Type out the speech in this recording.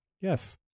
yes